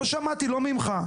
לא שמעתי ממך,